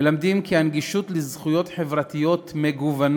מלמדים כי במקרים רבים הנגישות של זכויות חברתיות מגוונות